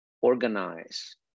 organize